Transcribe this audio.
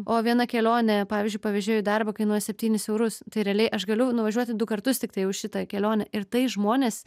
o viena kelionė pavyzdžiui pavyzdžiui į darbą kainuoja septynis eurus tai realiai aš galiu nuvažiuoti du kartus tiktai už šitą kelionę ir tai žmonės